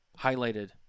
highlighted